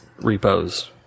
repos